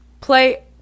play